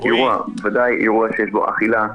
בוודאי אירוע שיש בו אכילה,